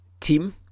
team